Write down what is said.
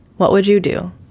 what would you do?